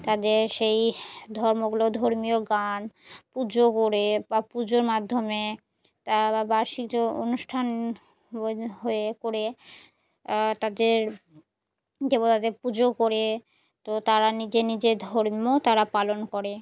তাদের সেই ধর্মগুলো ধর্মীয় গান পুজো করে বা পুজোর মাধ্যমে তা বার্ষিক যে অনুষ্ঠান হয়ে হয়ে করে তাদের দেবতাদের পুজো করে তো তারা নিজে নিজের ধর্ম তারা পালন করে